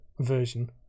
version